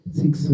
six